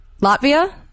Latvia